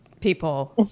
people